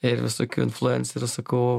ir visokių influencerių sakau